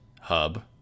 hub